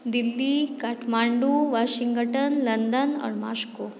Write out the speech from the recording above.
Delhi Kathmandu Washington London आओर Moscow